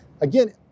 Again